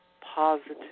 positive